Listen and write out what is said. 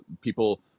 people